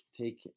take